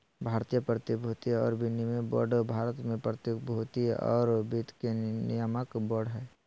भारतीय प्रतिभूति और विनिमय बोर्ड भारत में प्रतिभूति और वित्त के नियामक बोर्ड हइ